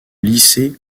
lycée